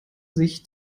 sich